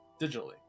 digitally